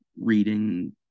reading